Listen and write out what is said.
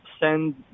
send